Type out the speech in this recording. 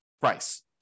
price